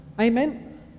amen